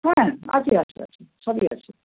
হ্যাঁ আছে আছে আছে সবই আছে